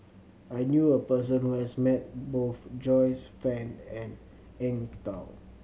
I knew a person who has met both Joyce Fan and Eng Tow